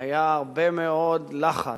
היה הרבה מאוד לחץ.